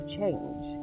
change